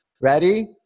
Ready